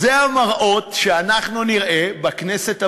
אלה המראות שאנחנו נראה בכנסת הבאה: